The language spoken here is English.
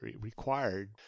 required